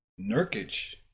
Nurkic